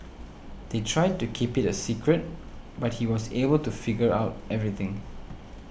they tried to keep it a secret but he was able to figure out everything